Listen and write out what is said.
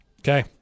Okay